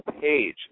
page